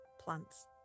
plants